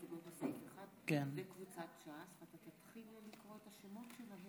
הסתייגויות לסעיף 1. חבר הכנסת אריה מכלוף